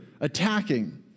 attacking